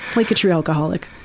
like a true alcoholic.